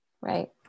right